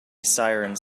sirens